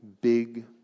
big